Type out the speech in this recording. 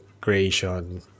creation